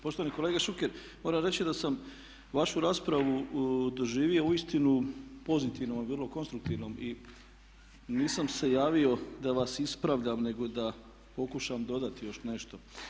Poštovani kolega Šuker moram reći da sam vašu raspravu doživio uistinu pozitivnom, vrlo konstruktivnom i nisam se javio da vas ispravljam nego da pokušam dodati još nešto.